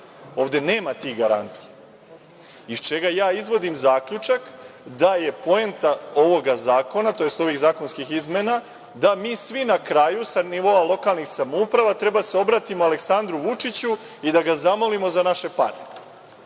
Ovde nema tih garancija, iz čega ja izvodim zaključak da je poenta ovoga zakona, tj. ovih zakonskih izmena, da mi svi na kraju sa nivoa lokalnih samouprava treba da se obratimo Aleksandru Vučiću i da ga zamolimo za naše pare